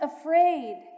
afraid